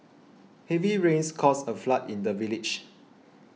heavy rains caused a flood in the village